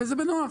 וזה נוח.